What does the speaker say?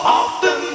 often